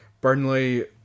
Burnley